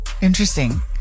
Interesting